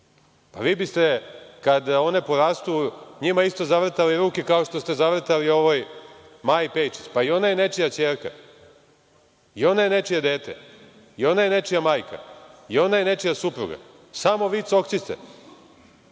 Pa, vi biste kada one porastu njima isto zavrtali ruke kao što ste zavrtali ovoj Maji Pejčić, pa i ona je nečija ćerka, i ona je nečije dete, i ona je nečija majka, i ona je nečija supruga, samo vi cokćite?